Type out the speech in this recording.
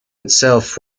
itself